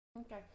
Okay